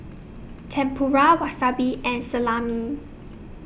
Tempura Wasabi and Salami